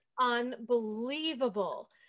unbelievable